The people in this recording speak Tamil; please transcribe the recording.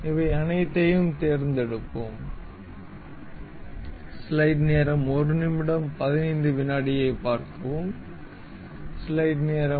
இவை அனைத்தையும் தேர்ந்தெடுப்போம்